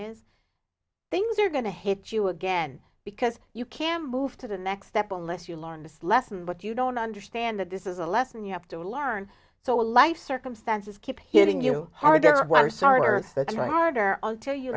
is things are going to hit you again because you can move to the next step unless you learn this lesson but you don't understand that this is a lesson you have to learn so life circumstances keep hitting you hard